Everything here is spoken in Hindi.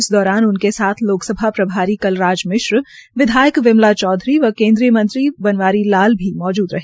इस दौरान उनके साथ लोकसभा प्रभारी कलराज मिश्र विधायक विमला चौधरी व केन्द्रीय कंत्री बनवारी लाल भी मौजूद रहे